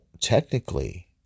technically